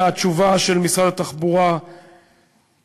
התשובה של משרד התחבורה היא,